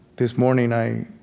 this morning i